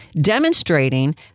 demonstrating